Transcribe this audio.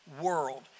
world